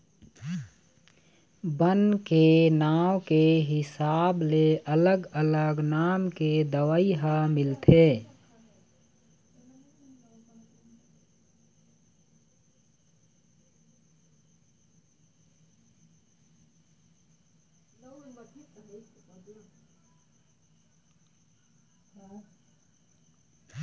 बन के नांव के हिसाब ले अलग अलग नाम के दवई ह मिलथे